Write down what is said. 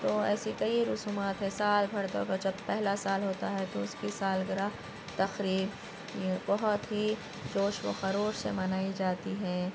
تو ایسے کئی رسومات ہے سال بھر جو پہلا سال ہوتا ہے تو اُس کی سالگرہ تقریب بہت ہی جوش وخروش سے منائی جاتی ہیں